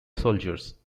soldiers